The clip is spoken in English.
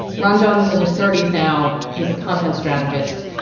ron jones in his thirty s. now, he's a content strategist,